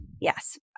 Yes